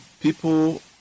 people